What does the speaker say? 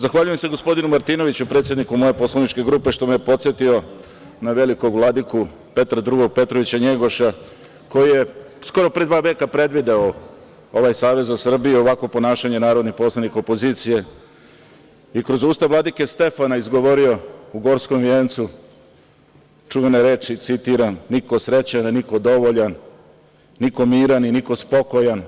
Zahvaljujem se gospodinu Martinoviću, predsedniku moje poslaničke grupe, što me je podsetio na velikog vladiku Petra II Petrovića NJegoša, koji je skoro pre dva veka predvideo ovaj Savez za Srbiju, ovakvo ponašanje narodnih poslanika opozicije i kroz Ustav vladike Stefana izgovorio u „Gorskom Vijencu“ čuvene reči, citiram: „Niko srećan, a niko dovoljan, niko miran, a niko spokojan.